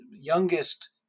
youngest